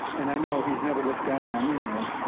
and i know he's never looked down on anyone.